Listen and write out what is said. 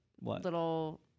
little